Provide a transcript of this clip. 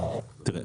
תראה,